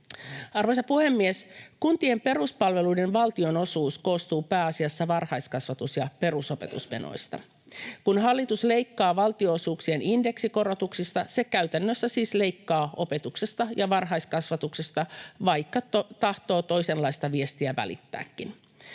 Arvoisa puhemies! Kuntien peruspalveluiden valtionosuus koostuu pääasiassa varhaiskasvatus- ja perusopetusmenoista. Kun hallitus leikkaa valtionosuuksien indeksikorotuksista, se käytännössä siis leikkaa opetuksesta ja varhaiskasvatuksesta, vaikka tahtoo toisenlaista viestiä välittääkin.